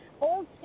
old